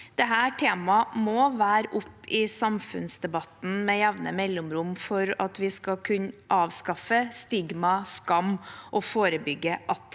Dette temaet må være oppe i samfunnsdebatten med jevne mellomrom for at vi skal kunne avskaffe stigma og skam og forebygge at